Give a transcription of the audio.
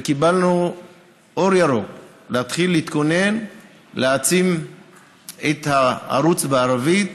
וקיבלנו אור ירוק להתחיל להתכונן להעצים את הערוץ בערבית,